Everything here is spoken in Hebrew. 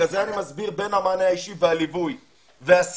לכן אני מסביר שבין המענה האישי והליווי והסיוע